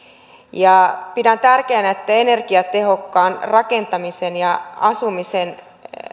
pidän tärkeänä että energiatehokkaan rakentamisen ja asumisen